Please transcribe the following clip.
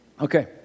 Okay